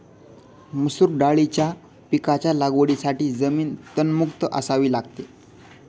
मसूर दाळीच्या पिकाच्या लागवडीसाठी जमीन तणमुक्त असावी लागते